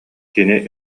кини